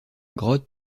grotte